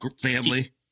family